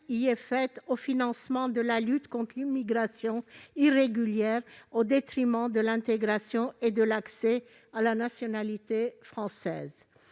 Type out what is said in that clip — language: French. est faite au financement de la lutte contre l'immigration irrégulière, au détriment de l'intégration et de l'accès à la nationalité française.